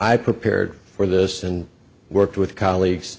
i prepared for this and worked with colleagues